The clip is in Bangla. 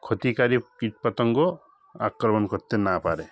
ক্ষতিকারী কীটপতঙ্গ আক্রমণ করতে না পারে